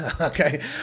okay